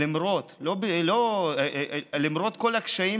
למרות כל הקשיים,